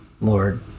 Lord